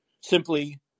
simply